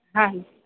ਹਾਂਜੀ